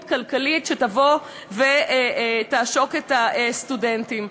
כלכלית שתבוא ותעשוק את הסטודנטים.